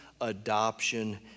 adoption